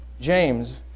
James